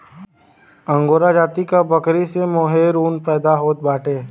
angora जाति क बकरी से मोहेर ऊन पैदा होत बाटे